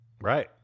Right